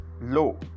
low